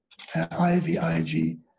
IVIG